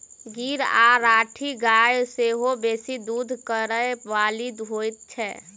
गीर आ राठी गाय सेहो बेसी दूध करय बाली होइत छै